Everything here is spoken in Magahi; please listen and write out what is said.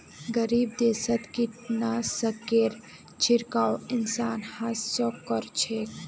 गरीब देशत कीटनाशकेर छिड़काव इंसान हाथ स कर छेक